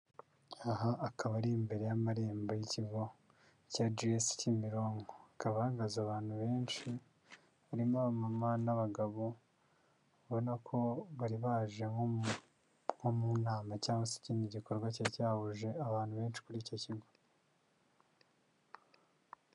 Aha akaba ari imbere y'amarembo y'ikigo G.S Kimironko. Hakaba hahagaze abantu benshi, harimo abamama n'abagabo, ubona ko bari baje nko mu nama cyangwa se ikindi gikorwa cya cyahuje abantu benshi kuri icyo kigo.